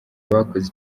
abakoze